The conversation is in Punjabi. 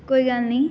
ਕੋਈ ਗੱਲ ਨਹੀਂ